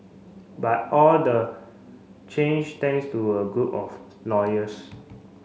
but all the change thanks to a group of lawyers